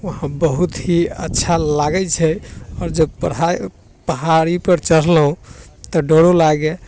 वहाँ बहुत ही अच्छा लागैत छै आओर जो चढ़ाइ पहाड़ी पर चढ़लौ तऽ डरो लागै